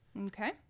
Okay